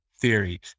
theory